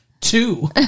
Two